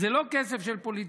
זה לא כסף של פוליטיקאים.